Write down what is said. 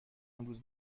امروز